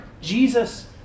Jesus